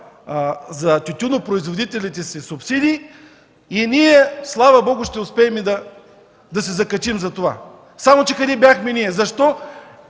за тютюнопроизводителите си субсидии и ние, слава Богу, ще успеем да се закачим за това. Къде бяхме ние, защо